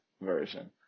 version